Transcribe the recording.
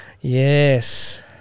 Yes